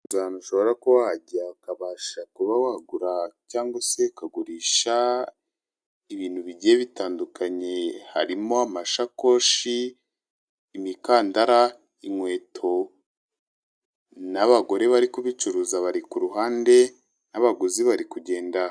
Nzi ahantu ushobora kuba wajya ukabasha kuba wagura cyangwa se ukagurisha ibintu bigiye bitandukanye: harimo amashakoshi, imikandara, inkweto; n'abagore bari kubicuruza bari ku ruhande, n'abaguzi bari kugenda.